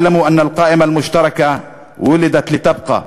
דעו לכם שהרשימה המשותפת נולדה להישאר,